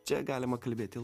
čia galima kalbėt